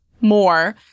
more